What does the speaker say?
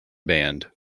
band